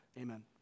amen